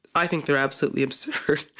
i think they're absolutely absurd,